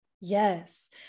Yes